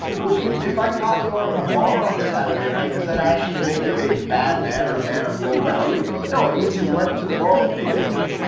which means if i caught you out on a bar on a saturday night, does that actually make you a bad man or a man of low value? no, it means he went to the bar occasionally.